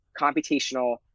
computational